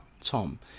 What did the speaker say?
Tom